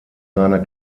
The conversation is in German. seiner